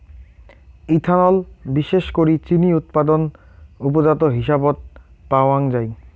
ethanol বিশেষ করি চিনি উৎপাদন উপজাত হিসাবত পাওয়াঙ যাই